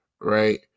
right